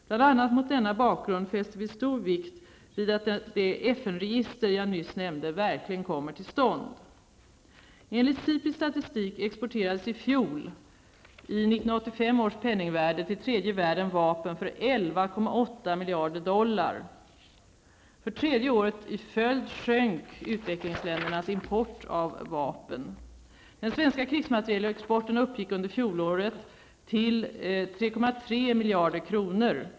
Bl.a. mot denna bakgrund fäster vi stor vikt vid att det FN-register jag nyss nämnde verkligen kommer till stånd. miljarder dollar. För tredje året i följd sjönk utvecklingsländernas import av vapen. Den svenska krigsmaterielexporten uppgick under fjolåret till 3,3 miljarder kronor.